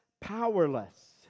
powerless